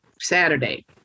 saturday